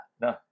No